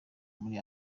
muri